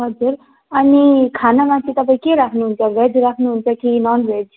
हजुर अनि खानामा चाहिँ तपाईँ के राख्नुहुन्छ भेज राख्नुहुन्छ कि ननभेज